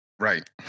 Right